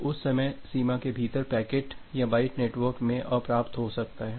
तो उस समय सीमा के भीतर पैकेट या बाइट नेटवर्क में अप्राप्त हो सकता है